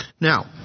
Now